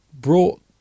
brought